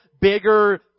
bigger